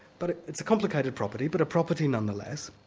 but it's a complicated property, but a property nonetheless.